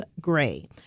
Gray